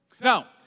Now